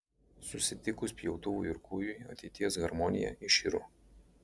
susitikus pjautuvui ir kūjui ateities harmonija iširo